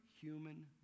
human